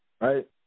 right